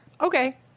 Okay